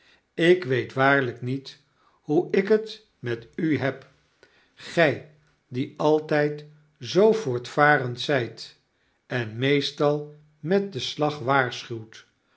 ik weet waarlijk niet hoe ik het met u heb gy die altyd zoo voortvarend zyt en meestal met den slag waarschuwt